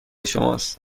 شماست